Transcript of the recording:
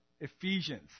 Ephesians